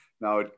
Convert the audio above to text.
Now